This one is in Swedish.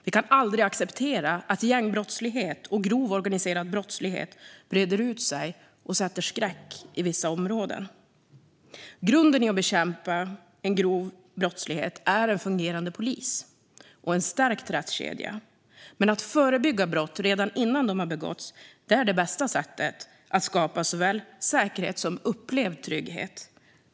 Vi kan aldrig acceptera att gängbrottslighet och grov organiserad brottslighet breder ut sig och sätter skräck i vissa områden. Grunden i att bekämpa grov brottslighet är en fungerande polis och en stärkt rättskedja, men att förebygga brott innan de begås är det bästa sättet att skapa såväl säkerhet som upplevd trygghet.